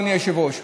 אדוני היושב-ראש,